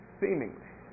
seemingly